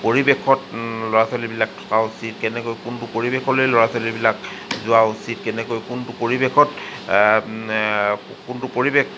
পৰিৱেশত ল'ৰা ছোৱালীবিলাক থকা উচিত কেনেকৈ কোনটো পৰিৱেশলৈ ল'ৰা ছোৱালীবিলাক যোৱা উচিত কেনেকৈ কোনটো পৰিৱেশত কোনটো পৰিৱেশ